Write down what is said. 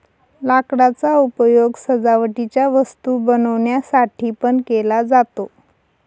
लाकडाचा उपयोग सजावटीच्या वस्तू बनवण्यासाठी पण केला जातो